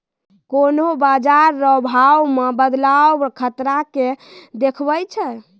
कोन्हों बाजार रो भाव मे बदलाव खतरा के देखबै छै